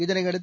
இதனையடுத்து